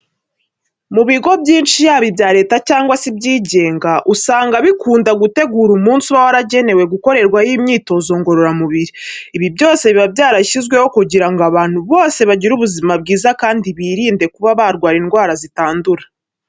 Mu bigo byinshi yaba ibya Leta cyangwa se ibyigenga usanga bikunda gutegura umunsi uba waragenewe gukorerwaho imyitozo ngororamubiri. Ibi byose biba byarashyizweho kugira ngo abantu bose bagire ubuzima bwiza kandi birinde kuba barwara indwara zitandura.